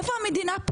איפה פה המדינה?